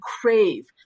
crave